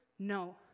No